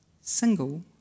Single